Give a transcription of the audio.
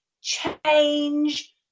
change